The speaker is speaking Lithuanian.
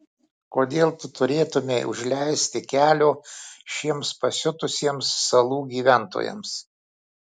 kodėl tu turėtumei užleisti kelio šiems pasiutusiems salų gyventojams